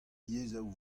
yezhoù